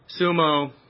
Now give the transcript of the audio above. Sumo